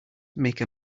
make